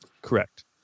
Correct